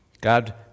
God